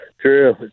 True